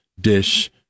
dish